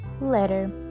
letter